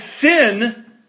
sin